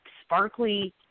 sparkly